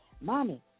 Mommy